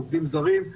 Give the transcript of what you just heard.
עובדים זרים,